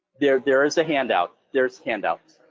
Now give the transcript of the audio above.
there there is a handout, there is handouts.